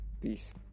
Peace